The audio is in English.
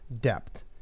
depth